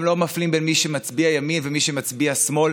אתם לא מפלים בין מי שמצביע ימין למי שמצביע שמאל.